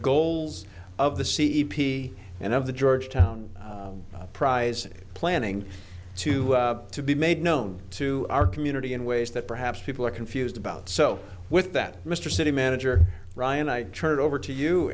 goals of the c e p t and of the georgetown prize planning to to be made known to our community in ways that perhaps people are confused about so with that mr city manager ryan i turn it over to you